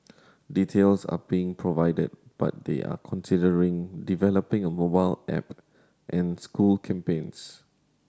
details are being provided but they are considering developing a mobile app and school campaigns